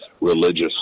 religious